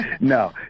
No